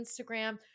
Instagram